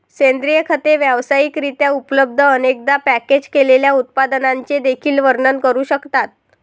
सेंद्रिय खते व्यावसायिक रित्या उपलब्ध, अनेकदा पॅकेज केलेल्या उत्पादनांचे देखील वर्णन करू शकतात